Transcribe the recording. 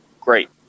great